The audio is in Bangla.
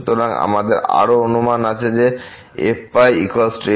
সুতরাং আমাদের আরও অনুমান আছে যে f π f −π